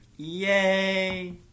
Yay